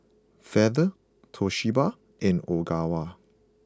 Feather Toshiba and Ogawa